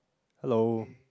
hello